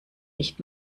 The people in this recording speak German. nicht